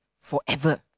forever